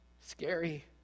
Scary